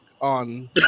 on